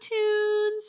iTunes